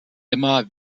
immer